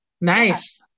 nice